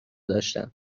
داشتم